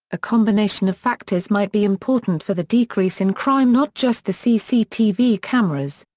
a combination of factors might be important for the decrease in crime not just the cctv cameras.